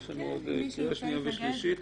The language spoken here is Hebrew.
יש לנו עוד קריאה שנייה ושלישית.